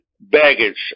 baggage